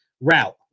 route